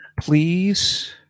Please